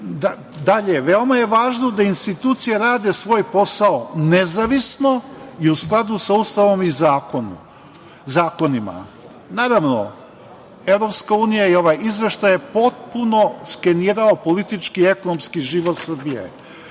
Dalje, veoma je važno da institucije rade svoj posao nezavisno i u skladu sa Ustavom i zakonom. Naravno, EU i ovaj Izveštaj je potpuno skenirao politički i ekonomski život Srbije.